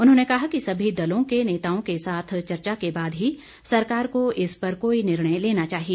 उन्होंने कहा कि सभी दलों के नेताओं के साथ चर्चा के बाद ही सरकार को इस पर कोई निर्णय लेना चाहिए